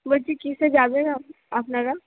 বলছি কীসে যাবেন আপনারা